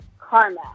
karma